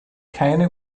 keine